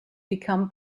become